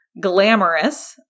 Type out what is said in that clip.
glamorous